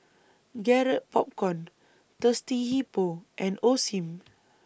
Garrett Popcorn Thirsty Hippo and Osim